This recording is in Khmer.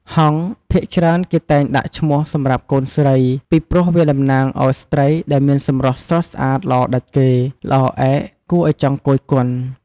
ហង្ស ភាគច្រើនគេតែងដាក់ឈ្មោះសម្រាប់កូនស្រី ពីព្រោះវាតំណាងឱ្យស្រ្តីដែលមានសម្រស់ស្រស់ស្អាតល្អដាច់គេ ល្អឯកគួរឱ្យចង់គយគន់។